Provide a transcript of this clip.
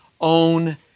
own